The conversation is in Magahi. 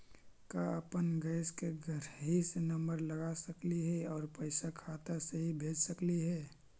का अपन गैस के घरही से नम्बर लगा सकली हे और पैसा खाता से ही भेज सकली हे?